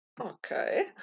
Okay